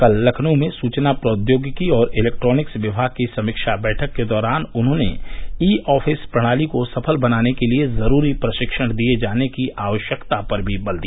कल लखनऊ में सूचना प्रौद्योगिकी और इलेक्ट्रानिक्स विमाग की समीक्षा बैठक के दौरान उन्होंने ई आफिस प्रणाली को सफल बनाने के लिए जुरूरी प्रशिक्षण दिये जाने की आवश्यकता पर भी बल दिया